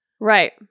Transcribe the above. Right